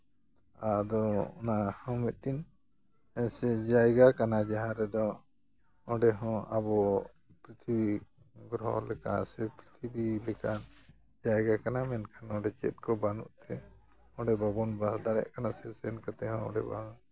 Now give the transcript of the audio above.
ᱟᱫᱚ ᱚᱱᱟ ᱦᱚᱸ ᱢᱤᱫᱴᱤᱱ ᱥᱮ ᱡᱟᱭᱜᱟ ᱠᱟᱱᱟ ᱡᱟᱦᱟᱸᱨᱮᱫᱚ ᱚᱸᱰᱮ ᱦᱚᱸ ᱟᱵᱚ ᱯᱨᱤᱛᱷᱤᱵᱤ ᱜᱨᱚᱦᱚ ᱞᱮᱠᱟ ᱥᱮ ᱯᱨᱤᱛᱷᱤᱵᱤ ᱞᱮᱠᱟ ᱡᱟᱭᱜᱟ ᱠᱟᱱᱟ ᱢᱮᱱᱠᱷᱟᱱ ᱚᱸᱰᱮ ᱪᱮᱫ ᱠᱚ ᱵᱟᱹᱱᱩᱜᱛᱮ ᱚᱸᱰᱮ ᱵᱟᱵᱚᱱ ᱵᱟᱥ ᱫᱟᱲᱮᱭᱟᱜ ᱠᱟᱱᱟ ᱥᱮ ᱥᱮᱱ ᱠᱟᱛᱮ ᱦᱚᱸ ᱚᱸᱰᱮ ᱵᱟᱝ